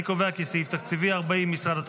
אני קובע כי סעיף תקציבי 40, משרד התחבורה,